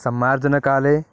सम्मार्जनकाले